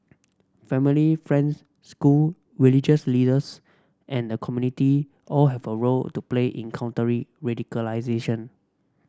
family friends school religious leaders and the community all have a role to play in countering radicalisation